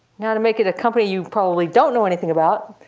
now to make it a company, you probably don't know anything about,